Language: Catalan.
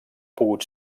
pogut